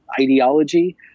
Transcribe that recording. ideology